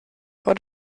for